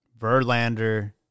Verlander